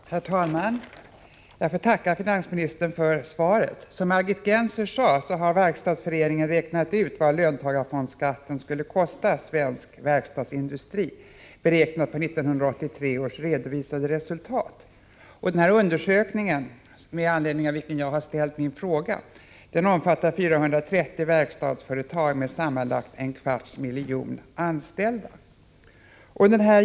Herr talman! Jag får tacka finansministern för svaret. Som Margit Gennser sade har Verkstadsföreningen räknat ut vad löntagarfondsskatten skulle kosta svensk verkstadsindustri. Beräkningen är gjord på 1983 års redovisade resultat. Denna undersökning, med anledning av vilken jag har ställt min fråga, omfattar 430 verkstadsföretag med sammanlagt en kvarts miljon anställda.